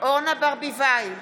אורנה ברביבאי,